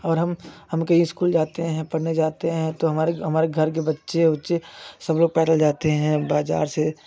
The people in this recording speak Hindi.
और हम हम कहीं स्कूल जाते हैं पढ़ने जाते हैं तो हमारे हमारे घर के बच्चे वच्चे सब लोग पैदल जाते हैं बाजार से